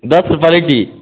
दश रुपए लिट्टी